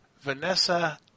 Vanessa